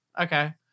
okay